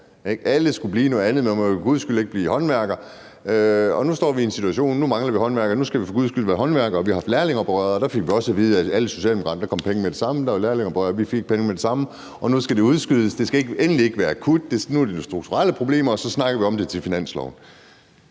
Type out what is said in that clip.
Alle skulle blive noget andet, og man måtte for guds skyld ikke blive håndværker. Nu står vi i en situation, hvor vi mangler håndværkere, og nu skal vi for guds skyld være håndværkere. Vi har haft lærlingeoprøret, og der fik vi også at vide af alle socialdemokrater, at der kom penge med det samme. Der var lærlingeoprøret, og vi fik penge med det samme. Og nu skal det udskydes. Det skal endelig ikke være akut, men nu er det strukturelle problemer, og så snakker vi om det i forhold til finansloven.